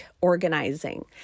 organizing